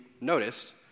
noticed